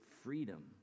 freedom